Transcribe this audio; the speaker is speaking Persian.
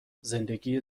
زندگی